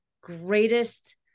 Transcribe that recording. greatest